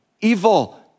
evil